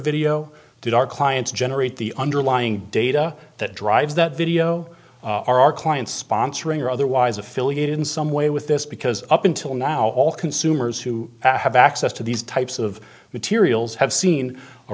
video did our clients generate the underlying data that drives that video are our clients sponsoring or otherwise affiliated in some way with this because up until now all consumers who have access to these types of materials have seen a